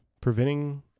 preventing